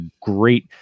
great